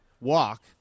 walk